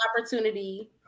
opportunity